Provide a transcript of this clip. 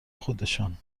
خودشان